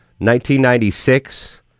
1996